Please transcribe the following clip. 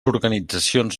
organitzacions